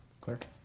Clerk